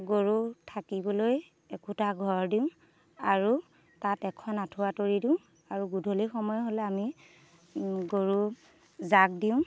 গৰু থাকিবলৈ একোটা ঘৰ দিওঁ আৰু তাত এখন আঁঠুৱা তৰি দিওঁ আৰু গধূলি সময় হ'লে আমি গৰুক জাক দিওঁ